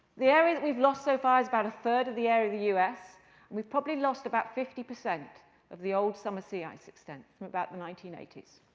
the area that we've lost so far is about a third of the area of the us. and we've probably lost about fifty percent of the old summer sea ice extent, from about the nineteen eighty s.